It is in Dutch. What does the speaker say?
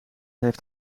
heeft